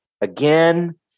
again